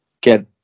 get